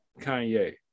Kanye